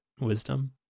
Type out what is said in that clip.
wisdom